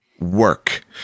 work